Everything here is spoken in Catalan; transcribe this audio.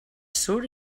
surt